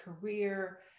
career